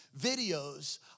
videos